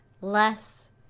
less